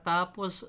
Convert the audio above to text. Tapos